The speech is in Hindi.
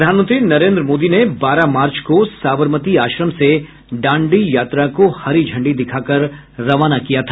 प्रधानमंत्री नरेन्द्र मोदी ने बारह मार्च को साबरमती आश्रम से दांडी यात्रा को हरी झण्डी दिखाकर रवाना किया था